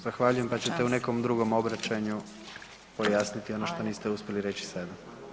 Zahvaljujem pa ćete u nekom drugom obraćanju pojasniti ono što niste uspjeli reći sada.